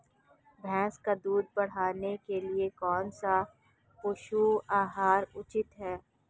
भैंस का दूध बढ़ाने के लिए कौनसा पशु आहार उचित है?